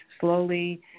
slowly